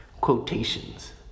quotations